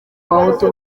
bahutu